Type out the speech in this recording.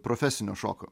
profesinio šoko